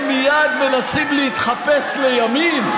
הם מייד מנסים להתחפש לימין.